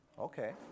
Okay